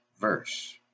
verse